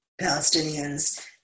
Palestinians